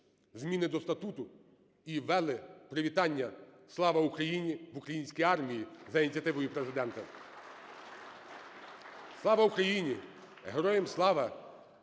зміни до статуту і ввели привітання "Слава Україні!" в українській армії за ініціативою Президента (Оплески) Слава Україні! Героям слава!